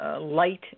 light